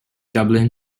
dublin